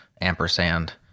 Ampersand